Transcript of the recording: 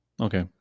Okay